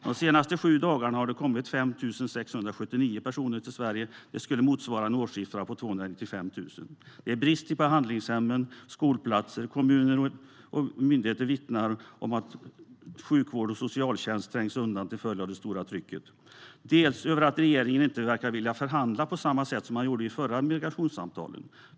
De senaste sju dagarna har det kommit 5 679 personer till Sverige. Det skulle motsvara en årssiffra på 295 000. Det är brist på behandlingshem och skolplatser. Kommuner och myndigheter vittnar om att sjukvård och socialtjänst trängs undan till följd av det stora trycket. Jag känner också oro över att regeringen inte verkar vilja förhandla på samma sätt som man gjorde vid de förra migrationssamtalen.